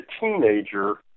teenager